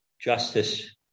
justice